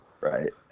right